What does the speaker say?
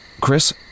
Chris